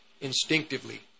instinctively